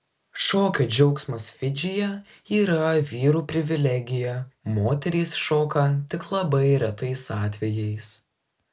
šokio džiaugsmas fidžyje yra vyrų privilegija moterys šoka tik labai retais atvejais